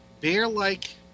bear-like